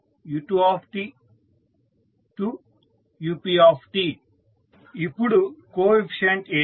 up ఇప్పుడు coefficient ఏవి